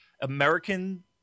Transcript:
American